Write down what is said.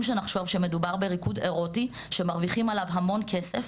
שנחשוב שמדובר בריקוד ארוטי שמרווחים עליו המון כסף,